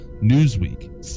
Newsweek